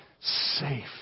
safe